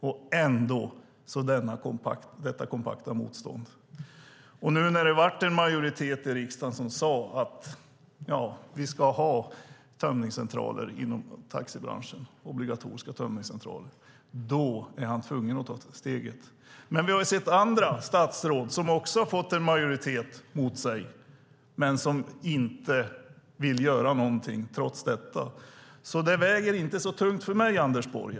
Men ändå finns detta kompakta motstånd. Nu när det blev en majoritet i riksdagen som sade att vi ska ha obligatoriska tömningscentraler inom taxibranschen, då är han tvungen att ta steget. Men vi har sett andra statsråd som också har fått en majoritet mot sig men som trots detta inte vill göra någonting, så det väger inte så tungt för mig, Anders Borg.